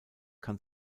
kann